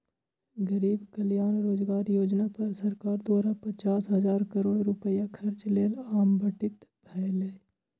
गरीब कल्याण रोजगार योजना पर सरकार द्वारा पचास हजार करोड़ रुपैया खर्च लेल आवंटित भेलै